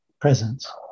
presence